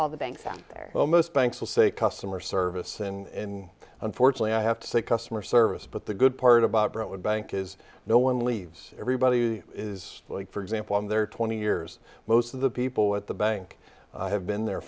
all the banks on their own most banks will say customer service and unfortunately i have to say customer service but the good part about brentwood bank is no one leaves everybody is like for example i'm there twenty years most of the people at the bank have been there